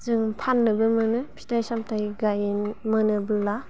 जों फान्नोबो मोनो फिथाइ सामथाय मोनोब्ला